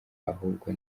ahubwo